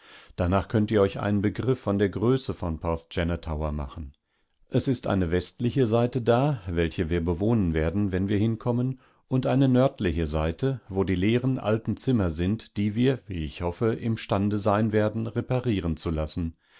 eineseitesechzigodersiebzigjahrelanggarnichtbewohntgewesenist danachkönnt ihr euch einen begriff von der größe von porthgenna tower machen es ist eine westliche seite da welche wir bewohnen werden wenn wir hinkommen und eine nördlicheseite wodieleerenaltenzimmersind diewir wieichhoffe imstandesein werden reparieren zu lassen